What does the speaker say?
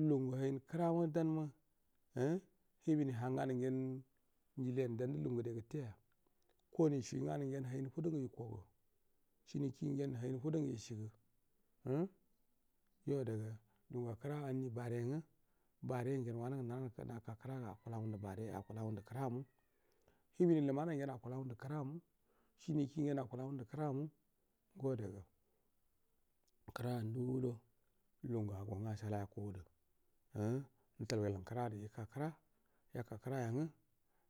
Lu gun gu hauz krama danma umm hibini han ganu ngen injili an dan du lug u ngui de gutte yak oh ni sui nga ku ngen hain fadu ngu yikogu shini ki ngen hain fadun ngu ishigu umm yo ada ga luganga akulagu anni bare nga bare ngen wanun ngu nak kra ga akula nda bare aku la ngundu kra mu hibini luman ngen akulo ngundu tramu shi ni ki ngen akula ngundu kramu ngo daga kran du do lugungu ago nga ashalai aka gu du umm mutal walan kra du ika kra yaka kra yangu